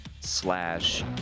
slash